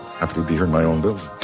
happy to be here in my own building.